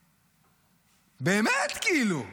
באמת, כאילו.